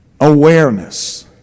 Awareness